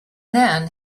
then